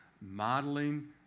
Modeling